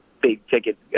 big-ticket